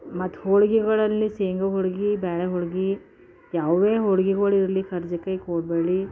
ಮತ್ತು ಹೋಳಿಗೆಗಳಲ್ಲಿ ಶೇಂಗ ಹೋಳಿಗೆ ಬೇಳೆ ಹೋಳ್ಗೆ ಯಾವುವೇ ಹೋಳ್ಗೆಗಳು ಇರಲಿ ಕರ್ಜಿಕಾಯಿ ಕೋಡ್ಬಳೆ